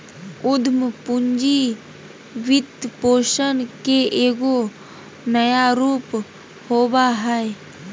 उद्यम पूंजी वित्तपोषण के एगो नया रूप होबा हइ